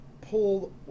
pull